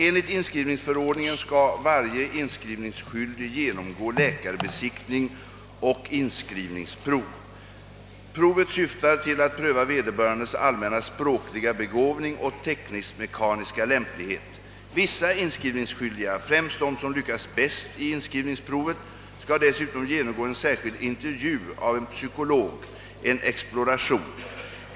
Enligt inskrivningsförordningen skall varje inskrivningsskyldig genomgå läkarbesiktning och inskrivningsprov. Inskrivningsprovet syftar till att pröva vederbörandes allmänna språkliga begåvning och teknisk-mekaniska lämplighet. Vissa inskrivningsskyldiga, främst de som lyckats bäst i inskrivningsprovet, skall dessutom genomgå en särskild intervju av en psykolog — en exploration.